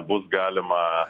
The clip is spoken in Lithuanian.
bus galima